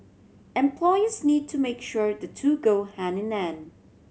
employers need to make sure the two go hand in hand